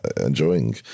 enjoying